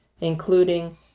including